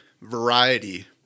variety